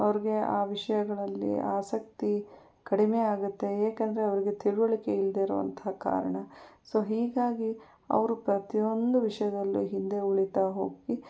ಅವ್ರಿಗೆ ಆ ವಿಷಯಗಳಲ್ಲಿ ಆಸಕ್ತಿ ಕಡಿಮೆ ಆಗತ್ತೆ ಏಕಂದರೆ ಅವ್ರಿಗೆ ತಿಳುವಳಿಕೆ ಇಲ್ಲದೆ ಇರೋವಂಥ ಕಾರಣ ಸೊ ಹೀಗಾಗಿ ಅವರು ಪ್ರತಿಯೊಂದು ವಿಷಯದಲ್ಲೂ ಹಿಂದೆ ಉಳೀತಾ ಹೋಗಿ